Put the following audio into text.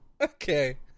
Okay